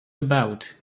about